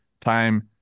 time